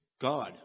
God